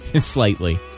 Slightly